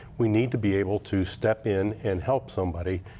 we need to be able to step in and help somebody